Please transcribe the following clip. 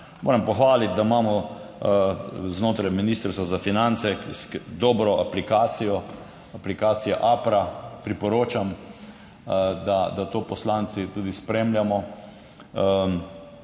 Moram pohvaliti, da imamo znotraj Ministrstva za finance dobro aplikacijo aplikacija APRA, priporočam, da to poslanci tudi spremljamo.